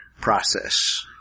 process